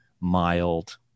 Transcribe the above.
mild